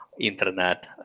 internet